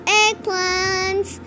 eggplants